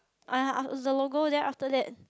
uh is the logo then after that